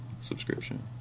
subscription